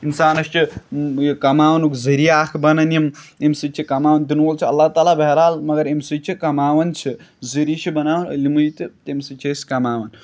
اِنسانَس چھِ یہِ کماونُک ذٔریعہِ اَکھ بَنان یِم ییٚمہِ سۭتۍ چھِ کماوان دِنہٕ وول چھُ اللہ تعلیٰ بہرحال مگر اَمہِ سۭتۍ چھِ کماوان چھِ ذٔریعہِ چھُ بنان علمٕے تہٕ تَمہِ سۭتۍ چھِ أسۍ کماوان